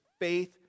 faith